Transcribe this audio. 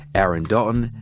aaron dalton,